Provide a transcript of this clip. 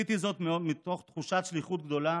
עשיתי זאת מתוך תחושת שליחות גדולה